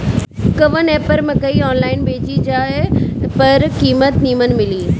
कवन एप पर मकई आनलाइन बेची जे पर कीमत नीमन मिले?